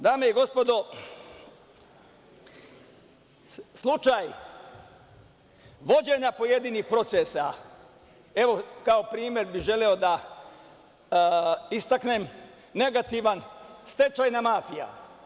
Dame i gospodo, slučaj vođenja pojedinih procesa, evo, primer bih želeo da istaknem negativan – stečajna mafija.